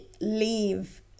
leave